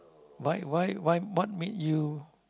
why why what make you